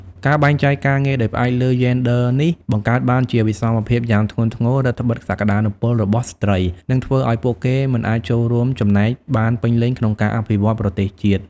ការបែងចែកការងារដោយផ្អែកលើយេនឌ័រនេះ បង្កើតបានជាវិសមភាពយ៉ាងធ្ងន់ធ្ងរ រឹតត្បិតសក្តានុពលរបស់ស្ត្រី និងធ្វើឲ្យពួកគេមិនអាចចូលរួមចំណែកបានពេញលេញក្នុងការអភិវឌ្ឍន៍ប្រទេសជាតិ។